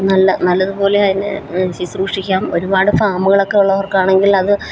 നല്ല നല്ലതുപോലെ അതിനെ ശുശ്രൂഷിക്കാം ഒരുപാട് ഫാമുകളൊക്കെ ഉള്ളവർക്ക് ആണെങ്കിലത്